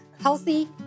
healthy